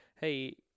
hey